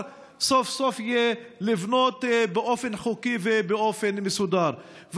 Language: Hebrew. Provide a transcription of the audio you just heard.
סוף-סוף לבנות באופן חוקי ובאופן מסודר.